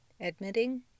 Admitting